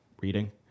reading